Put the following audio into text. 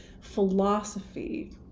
philosophy